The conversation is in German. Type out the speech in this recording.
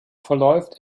verläuft